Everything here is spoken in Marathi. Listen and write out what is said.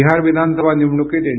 बिहार विधानसभा निवडणुकीत एन